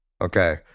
Okay